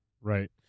Right